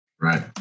Right